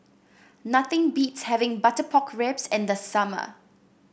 nothing beats having Butter Pork Ribs in the summer